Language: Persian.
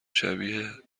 شبیه